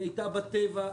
היא הייתה בטבע.